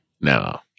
No